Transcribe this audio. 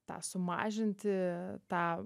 tą sumažinti tą